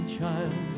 child